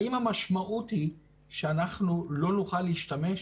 האם המשמעות היא שאנחנו לא נוכל להשתמש?